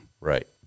Right